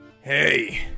Hey